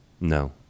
No